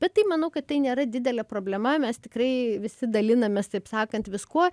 bet tai manau kad tai nėra didelė problema mes tikrai visi dalinamės taip sakant viskuo